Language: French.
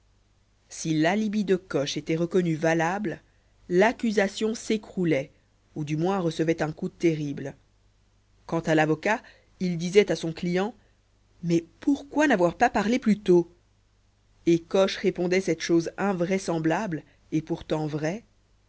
si l'alibi de coche était reconnu valable l'accusation s'écroulait ou du moins recevait un coup terrible quant à l'avocat il disait à son client mais pourquoi n'avoir pas parlé plus tôt et coche répondait cette chose invraisemblable et pourtant vraie